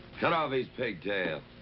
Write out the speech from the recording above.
cut off his pigtail.